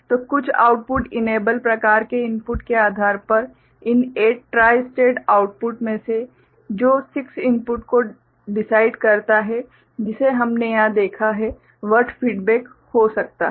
तो कुछ output enable प्रकार के इनपुट के आधार पर इन 8 ट्राई स्टेटेड आउटपुट में से जो 6 इनपुट को डिसाइड करता है जिसे हमने यहां देखा है वह फीडबैक हो सकता है